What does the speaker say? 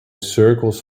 circles